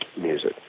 music